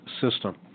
system